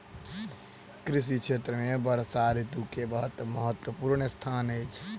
कृषि क्षेत्र में वर्षा ऋतू के बहुत महत्वपूर्ण स्थान अछि